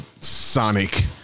sonic